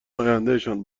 آیندهشان